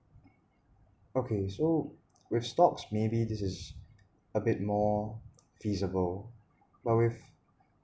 okay so with stocks maybe this is a bit more feasible but with